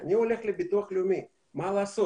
כשאני הולך לביטוח לאומי מה לעשות?